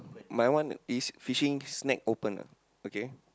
my one is fishing snack open ah okay